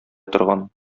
торган